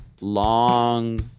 long